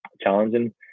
challenging